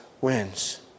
wins